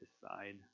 decide